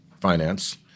finance